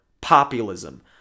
populism